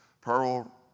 pearl